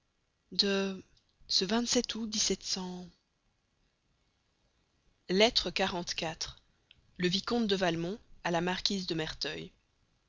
de ce ou lettre quarante-quatre le vicomte de valmont à la marquise de merteuil